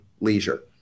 leisure